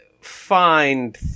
find